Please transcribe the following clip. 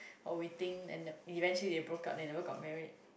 while waiting and the eventually they broke up they never got married